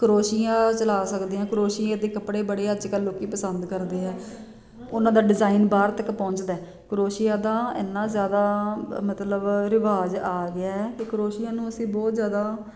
ਕਰੋਸ਼ੀਆ ਚਲਾ ਸਕਦੇ ਹਾਂ ਕਰੋਸ਼ੀਏ ਦੇ ਕੱਪੜੇ ਬੜੇ ਅੱਜ ਕੱਲ੍ਹ ਲੋਕ ਪਸੰਦ ਕਰਦੇ ਹੈ ਉਨ੍ਹਾਂ ਦਾ ਡਿਜ਼ਾਈਨ ਬਾਹਰ ਤੱਕ ਪਹੁੰਚਦਾ ਹੈ ਕਰੋਸ਼ੀਆ ਦਾ ਇੰਨਾ ਜ਼ਿਆਦਾ ਮਤਲਬ ਰਿਵਾਜ਼ ਆ ਗਿਆ ਹੈ ਕਿ ਕਰੋਸ਼ੀਆ ਨੂੰ ਅਸੀਂ ਬਹੁਤ ਜ਼ਿਆਦਾ